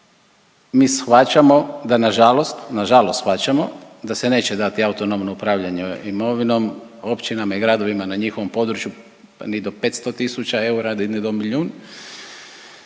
Mi shvaćamo da na žalost, na žalost shvaćamo da se neće dati autonomno upravljanje imovinom općinama i gradovima na njihovom području pa ni do 500 tisuća eura, a di ne do milijun